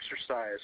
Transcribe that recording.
exercise